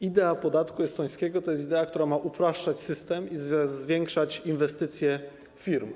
Idea podatku estońskiego to jest idea, która ma upraszczać system i zwiększać inwestycje firm.